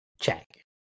Check